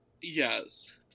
Yes